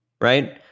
right